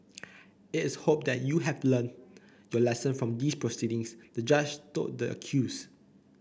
it is hoped that you have learnt your lesson from these proceedings the Judge told the accused